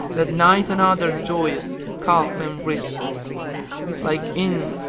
that night another joyeth calf and wrist like inn,